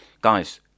guys